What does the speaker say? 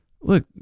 look